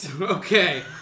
Okay